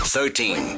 Thirteen